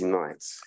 nights